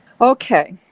Okay